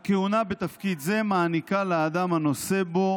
הכהונה בתפקיד זה מעניקה לאדם הנושא בו